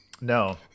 No